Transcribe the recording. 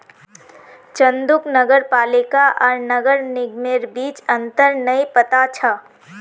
चंदूक नगर पालिका आर नगर निगमेर बीच अंतर नइ पता छ